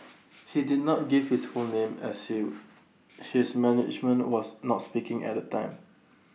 he did not give his full name as if his management was not speaking at the time